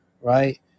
right